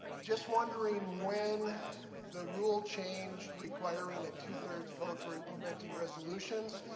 just wondering when the rule changed requiring a two three vote for implementing resolutions?